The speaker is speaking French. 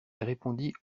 répondit